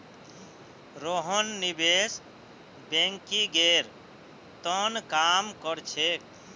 रोहन निवेश बैंकिंगेर त न काम कर छेक